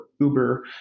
Uber